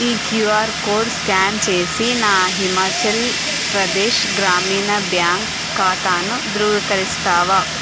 ఈ QR code scan చేసి నా హిమాచల్ప్రదేశ్ గ్రామీణ బ్యాంక్ ఖాతాను ధృవీకరిస్తావా